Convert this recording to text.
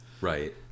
Right